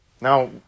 Now